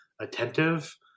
attentive